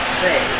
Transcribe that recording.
say